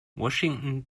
washington